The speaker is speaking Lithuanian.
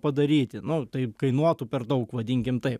padaryti nu tai kainuotų per daug vadinkim taip